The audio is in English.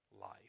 life